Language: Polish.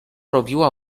robiła